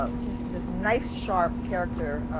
ah she's this nice, sharp character,